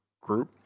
group